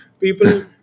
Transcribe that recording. People